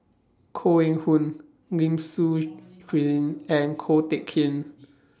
Koh Eng Hoon Lim Suchen cuision and Ko Teck Kin